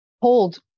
hold